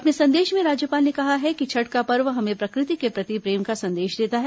अपने संदेश में राज्यपाल ने कहा है कि छठ का पर्व हमें प्रकृति के प्रति प्रेम का संदेश देता है